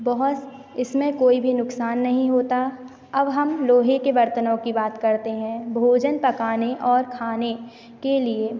बहुत इसमें कोई भी नुकसान नहीं होता अब हम लोहे के बर्तनों की बात करते हैं भोजन पकाने और खाने के लिए